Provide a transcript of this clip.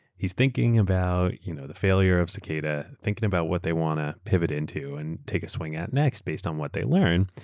he's thinking about you know the failure of cicada, thinking about what they want to pivot into, and take a swing at next based on what they learn,